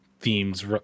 themes